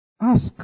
Ask